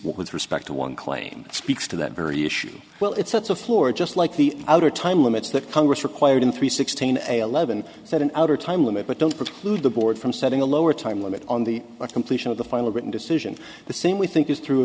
with respect to one claim speaks to that very issue well it's a floor just like the outer time limits that congress required in three sixteen a eleven set an outer time limit but don't pretty clued the board from setting a lower time limit on the completion of the final written decision the same we think it through